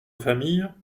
famille